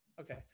Okay